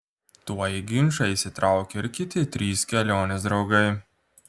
tuoj į ginčą įsitraukė ir kiti trys kelionės draugai